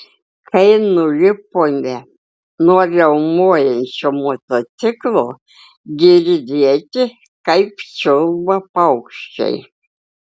kai nulipome nuo riaumojančio motociklo girdėti kaip čiulba paukščiai